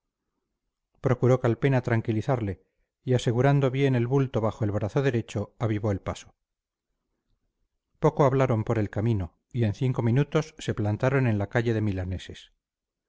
procuró calpena tranquilizarle y asegurando bien el bulto bajo el brazo derecho avivó el paso poco hablaron por el camino y en cinco minutos se plantaron en la calle de milaneses